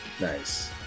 Nice